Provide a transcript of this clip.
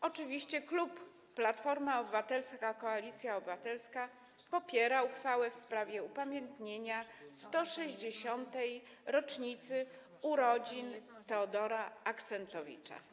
Oczywiście klub Platforma Obywatelska - Koalicja Obywatelska popiera uchwałę w sprawie upamiętnienia 160. rocznicy urodzin Teodora Axentowicza.